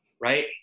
right